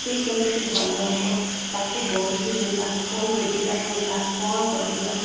ସେ କେମିତି ଭଲ ହେବ ତାକୁ କେଉଁଠିକି ନେବା କେଉଁ ମେଡିକାଲ ନେବା କଣ କରିବା